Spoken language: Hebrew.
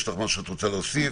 יש לך משהו שאת רוצה להוסיף?